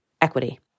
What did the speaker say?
equity